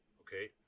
okay